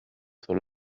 sur